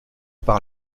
par